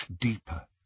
deeper